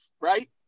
right